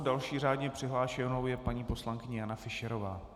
Další řádně přihlášenou je paní poslankyně Jana Fischerová.